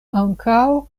ankaŭ